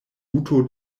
guto